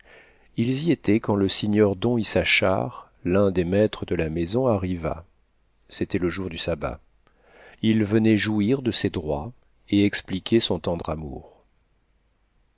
ils y étaient quand le signor don issachar l'un des maîtres de la maison arriva c'était le jour du sabbat il venait jouir de ses droits et expliquer son tendre amour